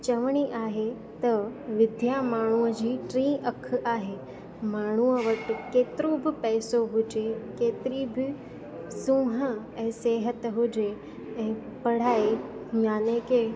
चविणी आहे त विद्या माण्हूअ जी टी अंख आहे माण्हूअ वटि केतिरो बि पैसो हुजे केतिरी बि सूंह ऐं सिहत हुजे पढ़ाई याने की